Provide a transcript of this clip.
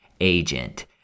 agent